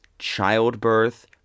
childbirth